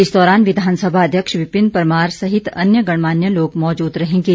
इस दौरान विधानसभा अध्यक्ष विपिन परमार सहित अन्य गणमान्य लोग मौजूद रहेंगे